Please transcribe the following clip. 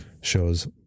shows